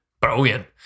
brilliant